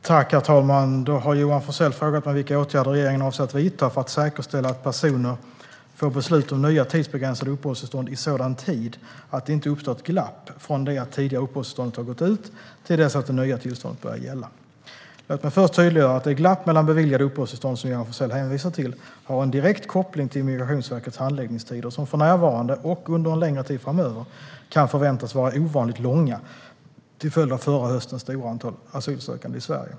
Herr talman! Johan Forssell har frågat mig vilka åtgärder regeringen avser att vidta för att säkerställa att personer får beslut om nya tidsbegränsade uppehållstillstånd i sådan tid att det inte uppstår ett glapp från det att det tidigare uppehållstillståndet har gått ut till dess att det nya tillståndet börjar gälla. Låt mig först tydliggöra att det glapp mellan beviljade uppehållstillstånd som Johan Forssell hänvisar till har en direkt koppling till Migrationsverkets handläggningstider, som för närvarande och under en längre tid framöver kan förväntas vara ovanligt långa till följd av förra höstens stora antal asylsökande i Sverige.